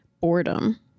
boredom